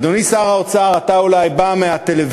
אדוני שר האוצר, אתה אולי בא מהטלוויזיה,